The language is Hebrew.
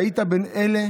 היית מאלה